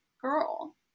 girl